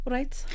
Right